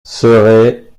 serait